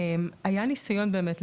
היה ניסיון באמת,